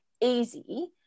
easy